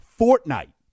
Fortnite